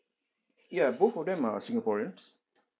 ya both of them are singaporeans